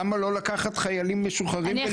למה לא לקחת חיילים משוחררים וליצור להם הכשרה.